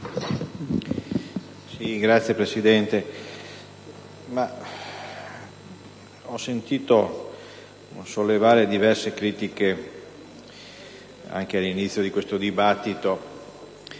Signora Presidente, io ho sentito sollevare diverse critiche, anche all'inizio di questo dibattito,